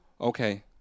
Okay